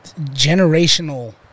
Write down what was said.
generational